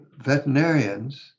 veterinarians